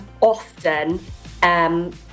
often